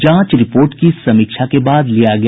जांच रिपोर्ट की समीक्षा के बाद लिया गया निर्णय